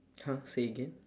!huh! say again